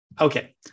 Okay